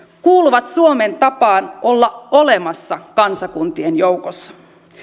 kuuluvat suomen tapaan olla olemassa kansakuntien joukossa